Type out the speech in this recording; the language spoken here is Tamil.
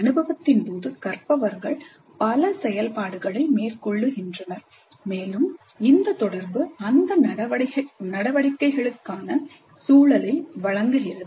அனுபவத்தின் போது கற்பவர்கள் பல செயல்பாடுகளை மேற்கொள்கின்றனர் மேலும் இந்த தொடர்பு அந்த நடவடிக்கைகளுக்கான சூழலை வழங்குகிறது